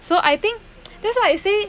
so I think that's why I say